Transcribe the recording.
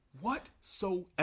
whatsoever